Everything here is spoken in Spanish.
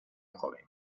joven